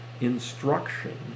instruction